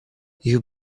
you